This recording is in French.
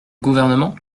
gouvernement